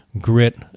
grit